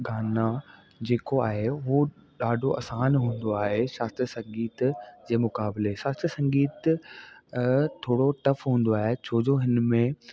गाना जेको आहे हू ॾाढो असानु हूंदो आहे शास्त्रीअ संगीत जे मुकाबले सां शास्त्रीअ संगीत थोरो टफ़ हूंदो आहे छो जो हिनमें